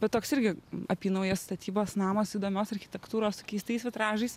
bet toks irgi apynaujės statybos namas įdomios architektūros su keistais vitražais